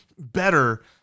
better